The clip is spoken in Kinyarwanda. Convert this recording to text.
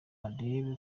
barebe